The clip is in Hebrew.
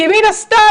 מן הסתם,